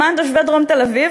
הפתרון למען תושבי דרום תל-אביב,